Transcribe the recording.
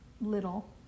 little